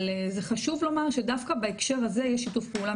אבל זה חשוב לומר שדווקא בהקשר הזה יש שיתוף פעולה